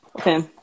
okay